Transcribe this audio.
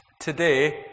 today